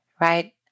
right